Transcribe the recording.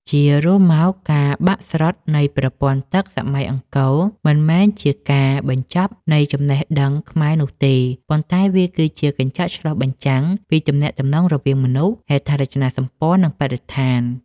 ជារួមមក ការបាក់ស្រុតនៃប្រព័ន្ធទឹកសម័យអង្គរ មិនមែនជាការបញ្ចប់នៃចំណេះដឹងខ្មែរនោះទេ ប៉ុន្តែវាគឺជាកញ្ចក់ឆ្លុះបញ្ចាំងពីទំនាក់ទំនងរវាងមនុស្ស ហេដ្ឋារចនាសម្ព័ន្ធ និងបរិស្ថាន។